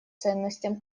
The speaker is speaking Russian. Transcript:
ценностям